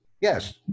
Yes